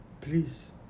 Please